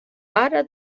pare